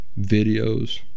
videos